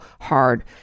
hard